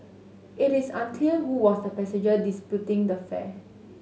it is unclear who was the passenger disputing the fare